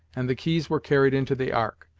and the keys were carried into the ark.